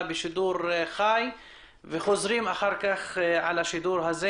בשידור חי וחוזרים אחר כך על השידור הזה.